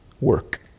work